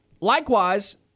Likewise